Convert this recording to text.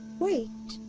wait,